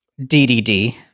DDD